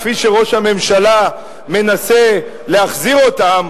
כפי שראש הממשלה מנסה להחזיר אותם,